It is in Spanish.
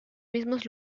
mismos